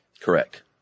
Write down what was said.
Correct